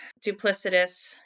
duplicitous